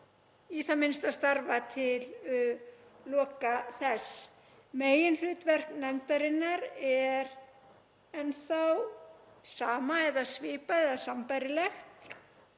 í það minnsta starfa til loka þess. Meginhlutverk nefndarinnar er enn þá það sama, svipað eða sambærilegt